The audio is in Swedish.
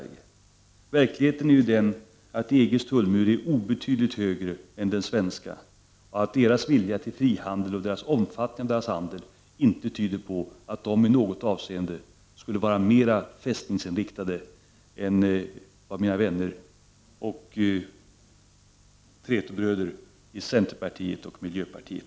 13 december 1989 Verkligheten är ju den att EG:s tullmur är obetydligt högre än den svenskas = Jnmar go org Och EG:s vilja till frihandel och omfattningen av EG:s handel tyder inte på att EG i något avseende skulle vara mera fästningsinriktat än mina vänner och trätobröder i centerpartiet och miljöpartiet.